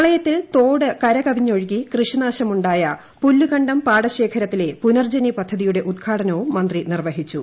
പ്രളയത്തിൽ തോടു കരകവിഞ്ഞൊഴുകി കൃഷിനാശമൂണ്ടായ പുല്ലുകണ്ടം പാടശേഖരത്തിലെ പുനർജനി പദ്ധതിയുടെ ഉദ്ഘാടനവും മന്ത്രി നിർവഹിച്ചു